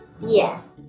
Yes